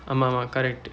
ஆமா:aamaa correct